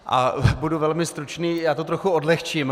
A už budu velmi stručný, já to trochu odlehčím.